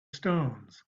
stones